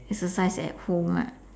exercise at home lah